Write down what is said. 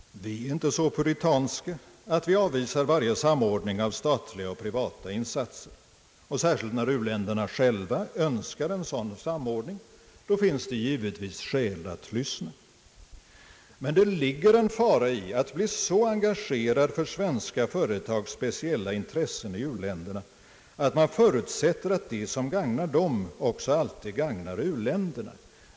Vi är inte så puritanska att vi avvisar varje samordning av statliga och privata insatser, och särskilt när u-länderna själva önskar en sådan samordning finns det givetvis skäl att lyssna. Men det ligger en fara i att bli så engagerad för svenska företags speciella intressen i u-länderna att man förutsätter att det som gagnar dem också alltid gagnar u-länderna.